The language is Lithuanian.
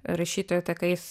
rašytojų takais